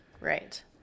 Right